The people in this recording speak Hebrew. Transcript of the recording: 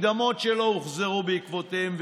מקדמות שלא הוחזרו בעקבותיהן,